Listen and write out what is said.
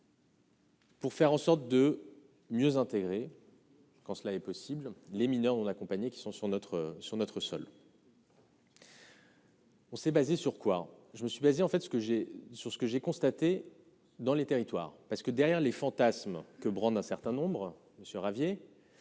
Pour faire en sorte de mieux intégrer. Quand cela est possible, les mineurs non accompagnés qui sont sur notre sur notre sol. On s'est basé sur quoi je me suis basé en fait ce que j'ai sur ce que j'ai constaté dans les territoires parce que derrière les fantasmes que Brandt, un certain nombre Monsieur